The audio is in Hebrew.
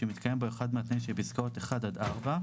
שמתקיים בו אחד מהתנאים שבפסקאות (1) עד (4)